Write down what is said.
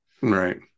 right